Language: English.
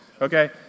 okay